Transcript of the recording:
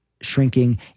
Shrinking